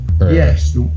Yes